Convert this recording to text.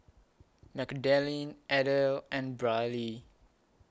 Magdalene Adelle and Brylee